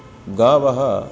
गावः